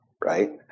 right